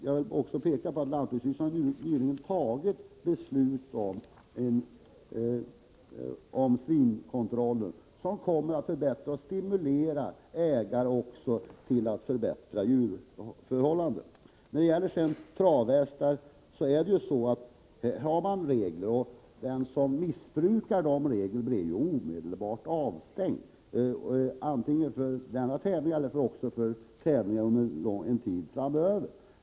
Jag vill också peka på att lantbruksstyrelsen nyligen har fattat ett beslut om svinkontroller som gör att ägarna kommer att stimuleras till att förbättra förhållandena för djuren. När det gäller travhästar finns det särskilda regler. Den som inte följer dessa regler blir omedelbart avstängd antingen från den aktuella tävlingen eller från tävlingar under lång tid framöver.